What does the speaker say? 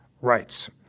rights